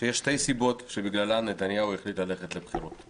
שיש שתי סיבות שבגללן נתניהו החליט ללכת לבחירות.